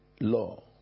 law